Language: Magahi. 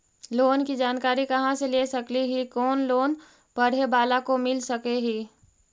लोन की जानकारी कहा से ले सकली ही, कोन लोन पढ़े बाला को मिल सके ही?